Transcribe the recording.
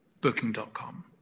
booking.com